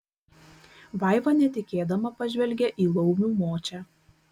vaiva netikėdama pažvelgė į laumių močią